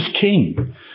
king